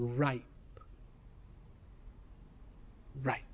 right right